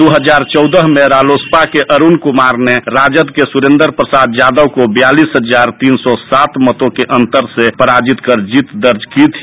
दो हजार चौदह में रालोसपा के अरूण कुमार ने राजद के सुरेंद्र प्रसाद यादव को बयालीस हजार तीन सौ सात मतों के अंतर से पराजित कर जीत दर्ज की थी